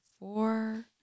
Four